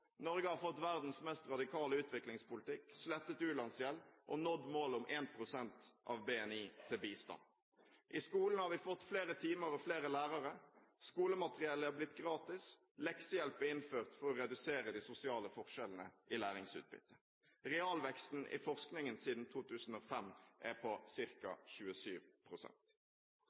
Norge har fått verdens mest radikale utviklingspolitikk, slettet ulandsgjeld og nådd målet om 1 pst. av BNI til bistand. I skolen har vi fått flere timer og flere lærere. Skolemateriellet er blitt gratis, og leksehjelp er innført for å redusere de sosiale forskjellene i læringsutbyttet. Realveksten i forskningen siden 2005 er på